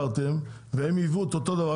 אישרתם והם יבאו את אותו דבר,